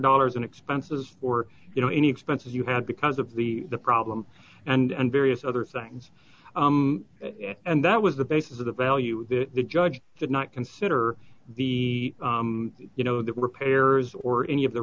dollars in expenses or you know any expenses you had because of the the problem and various other things and that was the basis of the value the judge did not consider the you know the repairs or any of the